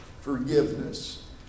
forgiveness